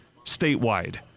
statewide